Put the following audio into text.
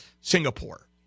Singapore